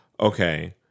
okay